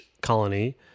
colony